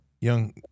young